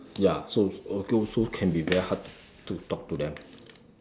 ya so also so can be very hard to to talk to them